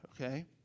okay